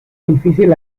difícil